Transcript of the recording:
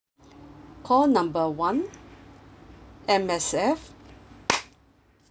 call number one M_S_F